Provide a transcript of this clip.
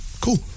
Cool